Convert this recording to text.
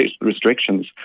restrictions